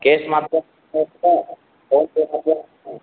cash माध्यमेन स्वीकरोति वा फ़ोन्पे माध्यमेन वा